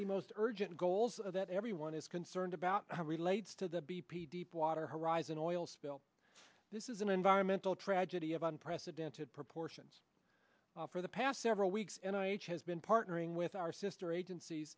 the most urgent goals that everyone is concerned about relates to the b p deepwater horizon oil spill this is an environmental tragedy of unprecedented proportions for the past several weeks and i has been partnering with our sister agencies